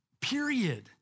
period